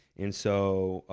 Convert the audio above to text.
and so,